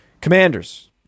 Commanders